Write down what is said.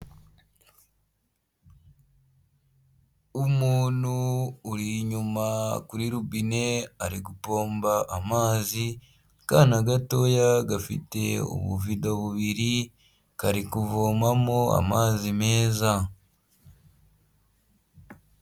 Umuntu uri inyuma kuri rubine ari gupomba amazi akana gatoya gafite ubuvido bubiri kari kuvomamo amazi meza.